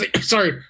sorry